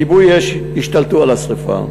כיבוי אש השתלטו על השרפה.